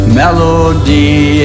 melody